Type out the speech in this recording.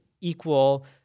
equal